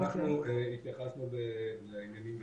אנחנו התייחסנו לעניינים לגופם,